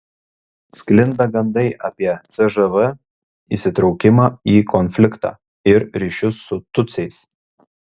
sklinda gandai apie cžv įsitraukimą į konfliktą ir ryšius su tutsiais